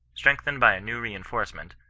strengthened by a new rein forcement,